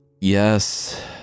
yes